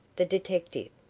the detective.